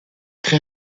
très